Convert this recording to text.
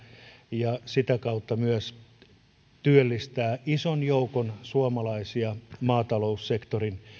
ja sitä kautta työllistää ison joukon suomalaisia maataloussektorin